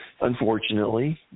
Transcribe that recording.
Unfortunately